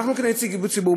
אנחנו כנציגי ציבור,